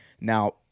Now